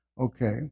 Okay